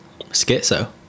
schizo